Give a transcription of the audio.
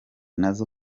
nazo